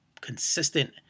consistent